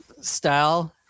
style